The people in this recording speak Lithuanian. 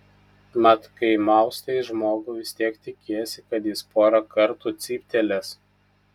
mat kai maustai žmogų vis tiek tikiesi kad jis porą kartų cyptelės